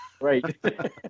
Right